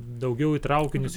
daugiau į traukinius